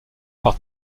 par